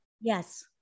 Yes